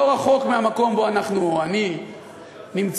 לא רחוק מהמקום שבו אני נמצא,